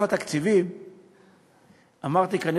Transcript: אדוני